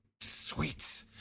Sweet